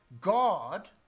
God